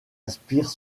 inspire